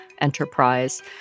enterprise